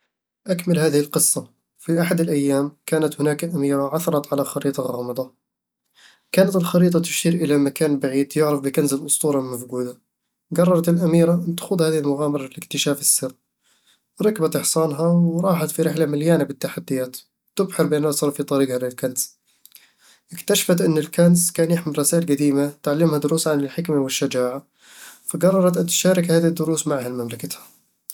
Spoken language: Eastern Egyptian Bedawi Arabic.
أكمل هذه القصة: في أحد الأيام، كانت هناك أميرة عثرت على خريطة غامضة... كانت الخريطة تشير إلى مكان بعيد يُعرف بكنز الأسطورة المفقودة قررت الأميرة أن تخوض المغامرة لاكتشاف السر ركبت حصانها وراحت في رحلة مليانة التحديات تُبحر بين الأسرار في طريقها للكنز اكتشفت أن الكنز كان يحمل رسائل قديمة تعلمها دروس عن الحكمة والشجاعة، فقررت أن تُشارك هذي الدروس مع أهل مملكتها